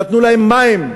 נתנו להם מים,